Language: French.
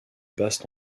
basses